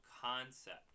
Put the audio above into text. concept